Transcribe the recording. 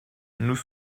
nous